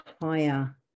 higher